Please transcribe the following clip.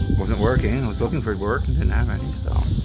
wasn't working. i was looking for work and didn't have any so,